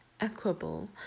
equable